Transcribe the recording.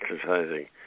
exercising